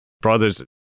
brothers